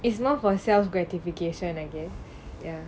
it's not for ourselves gratification I guess ya